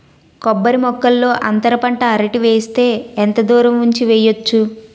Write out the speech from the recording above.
కొబ్బరి మొక్కల్లో అంతర పంట అరటి వేస్తే ఎంత దూరం ఉంచి వెయ్యొచ్చు?